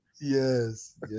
Yes